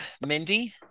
Mindy